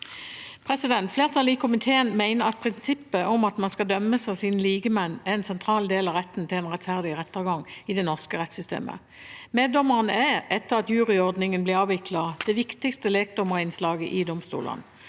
ordningen. Flertallet i komiteen mener at prinsippet om at man skal dømmes av sine likemenn, er en sentral del av retten til en rettferdig rettergang i det norske rettssystemet. Meddommere er, etter at juryordningen ble avviklet, det viktigste lekdommerinnslaget i domstolene.